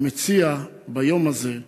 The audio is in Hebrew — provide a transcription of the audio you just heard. אני מציע ביום הזה,